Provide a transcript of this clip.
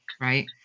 right